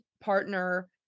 partner